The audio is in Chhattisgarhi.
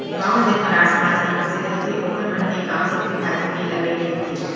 गाँव म जेन मरार समाज के मनसे रहिथे ओखर मन के काम सब्जी भाजी के लगई रहिथे